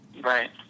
Right